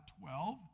twelve